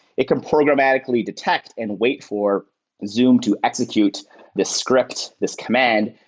it can programmatically detect and wait for zoom to execute the script, this command,